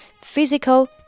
physical